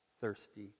thirsty